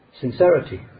sincerity